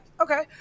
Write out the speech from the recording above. okay